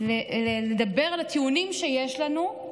לדבר על הטיעונים שיש לנו,